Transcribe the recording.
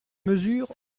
mesure